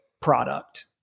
product